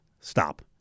Stop